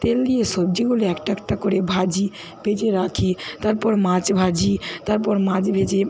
তেল দিয়ে সবজিগুলো একটা একটা করে ভাজি ভেজে রাখি তারপর মাছ ভাজি তারপর মাছ ভেজে